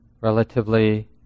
relatively